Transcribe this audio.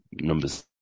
numbers